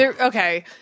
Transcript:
okay